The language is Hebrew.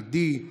עדי,